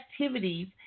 activities